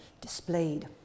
displayed